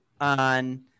on